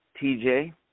TJ